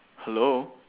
hello